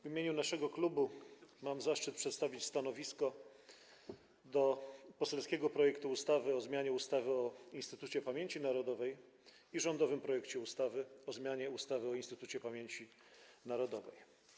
W imieniu naszego klubu mam zaszczyt przedstawić stanowisko wobec poselskiego projektu ustawy o zmianie ustawy o Instytucie Pamięci Narodowej i rządowego projektu ustawy o zmianie ustawy o Instytucie Pamięci Narodowej.